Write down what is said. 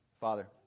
Father